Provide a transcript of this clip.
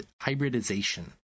hybridization